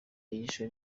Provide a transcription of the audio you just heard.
yishwe